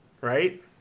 right